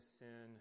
sin